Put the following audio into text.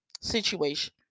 situation